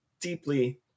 deeply